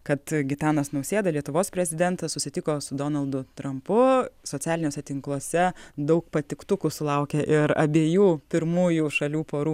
kad gitanas nausėda lietuvos prezidentas susitiko su donaldu trampu socialiniuose tinkluose daug patiktukų sulaukė ir abiejų pirmųjų šalių porų